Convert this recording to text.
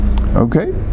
okay